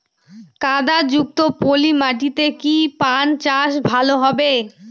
কাদা যুক্ত পলি মাটিতে কি পান চাষ ভালো হবে?